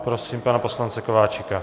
A prosím pana poslance Kováčika.